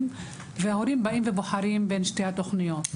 וההורים באים ובוחרים בין שתי התוכניות.